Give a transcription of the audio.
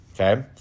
Okay